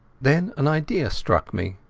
then an idea struck me.